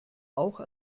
auch